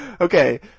Okay